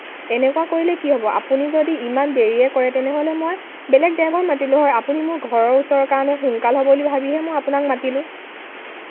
এনেকুৱা কৰিলে কি হ'ব আপুনি যদি ইমান দেৰিয়ে কৰে তেনেহ'লে মই বেলেগ ড্ৰাইভাৰ মাতিলোঁ হয় আপুনি মোৰ ঘৰৰ ওচৰৰ কাৰণে সোনকাল হ'ব বুলি ভাবিহে আপোনাক মাতিলোঁ